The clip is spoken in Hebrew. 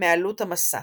מעלות המסע.